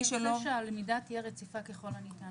אנחנו נרצה שהלמידה תהיה רציפה ככל הניתן,